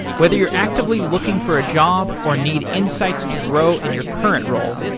whether you're actively looking for a job or need insights to grow in your current role,